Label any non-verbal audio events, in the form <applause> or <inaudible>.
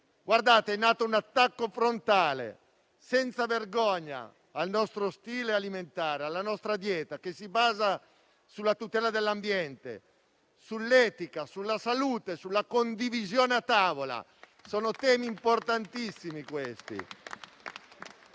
mondo. È in atto un attacco frontale, senza vergogna, al nostro stile alimentare e alla nostra dieta, che si basa sulla tutela dell'ambiente, sull'etica, sulla salute e sulla condivisione a tavola. <applause> Sono temi importantissimi!